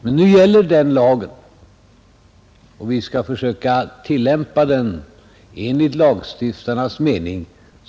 Men nu gäller den lagen, och vi skall så länge det är möjligt försöka tillämpa den enligt lagstiftarnas mening.